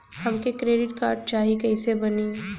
हमके credit card चाही कैसे बनी?